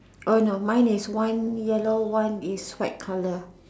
ob no mine is one yellow one is white colour